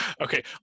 Okay